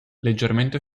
leggermente